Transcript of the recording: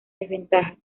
desventajas